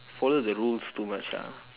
follow the rules too much ah